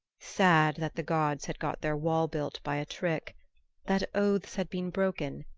sad that the gods had got their wall built by a trick that oaths had been broken,